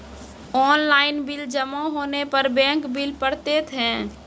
Online bill जमा होने पर बैंक बिल पड़तैत हैं?